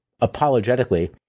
apologetically